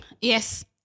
Yes